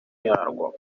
yarwo